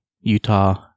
Utah